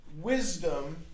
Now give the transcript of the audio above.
wisdom